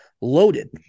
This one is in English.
loaded